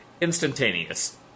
instantaneous